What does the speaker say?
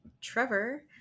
Trevor